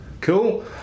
Cool